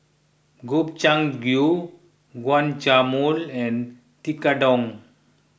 Gobchang Gui Guacamole and Tekkadon